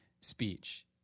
speech